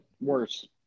Worse